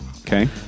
Okay